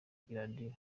radiyo